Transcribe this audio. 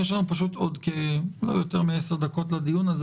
יש לנו פשוט עוד לא יותר מעשר דקות לדיון הזה.